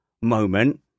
moment